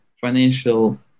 financial